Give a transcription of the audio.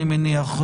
אני מניח,